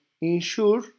ensure